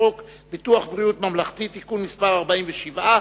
חוק הביטוח הלאומי (תיקון מס' 118)